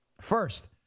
first